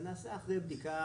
זה נעשה אחרי בדיקה.